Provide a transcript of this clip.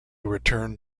returned